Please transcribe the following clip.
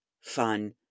fun